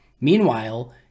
Meanwhile